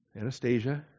Anastasia